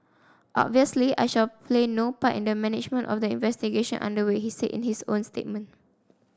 obviously I shall play no part in the management of the investigation under way he said in his own statement